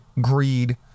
greed